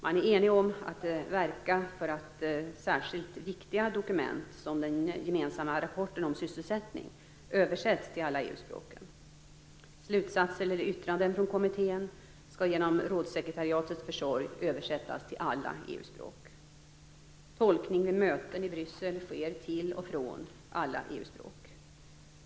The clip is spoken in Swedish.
Man är enig om att verka för att särskilt viktiga dokument, som den gemensamma rapporten om sysselsättning, översätts till alla EU-språken. Slutsatser eller yttranden från kommittén skall genom rådssekretariatets försorg översättas till alla EU-språk. Tolkning vid möten i Bryssel sker till och från alla EU språk.